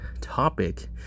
topic